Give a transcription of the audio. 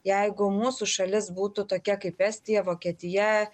jeigu mūsų šalis būtų tokia kaip estija vokietija